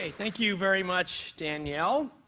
ah thank you very much, danielle,